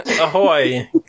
Ahoy